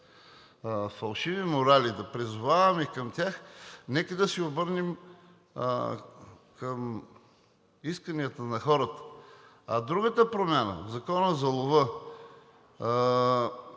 фалшиви морали, да призоваваме към тях, нека да се обърнем към исканията на хората. А другата промяна – Законът за лова,